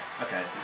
okay